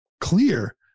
clear